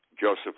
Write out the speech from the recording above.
Joseph